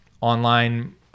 online